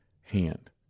hand